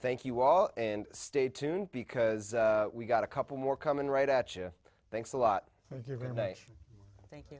thank you all and stay tuned because we've got a couple more coming right at you thanks a lot if you're going to say thank you